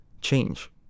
change